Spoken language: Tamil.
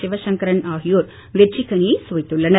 சிவசங்கரன் ஆகியோர் வெற்றிக் கனியை சுவைத்துள்ளனர்